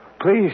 Please